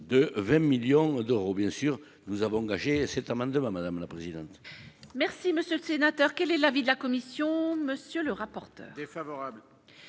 de 20 millions d'euros, bien sûr, nous avons engagé cet amendement, madame la présidente. Merci, monsieur le sénateur, quel est l'avis de la commission, monsieur le rapporteur défavorable